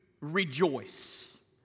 rejoice